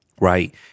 right